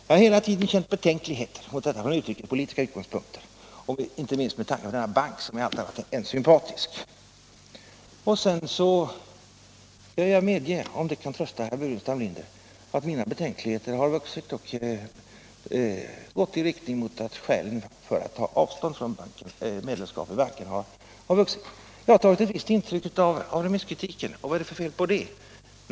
Jag har hela tiden känt betänkligheter mot en anslutning från utrikespolitiska utgångspunkter, inte minst med tanke på att denna bank är allt annat än sympatisk. Jag skall medge, om det kan trösta herr Burenstam Linder, att mina betänkligheter har vuxit och lett i riktning mot att skälen för att ta avstånd från medlemskap i banken har förstärkts. Jag har tagit ett visst intryck av remisskritiken — och vad är det för fel på det?